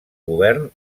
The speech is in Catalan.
govern